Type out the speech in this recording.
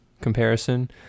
comparison